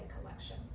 collection